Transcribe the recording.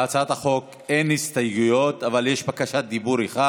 להצעת החוק אין הסתייגויות אבל יש בקשת דיבור אחד,